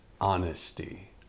honesty